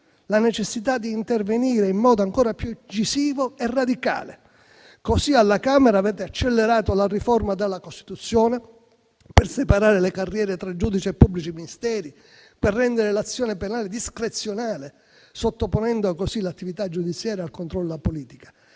la necessità di intervenire in modo ancora più incisivo e radicale. Alla Camera avete così accelerato la riforma della Costituzione per separare le carriere tra giudici e pubblici ministeri e rendere l'azione penale discrezionale, sottoponendo l'attività giudiziaria al controllo della politica.